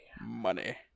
Money